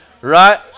right